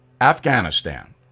Afghanistan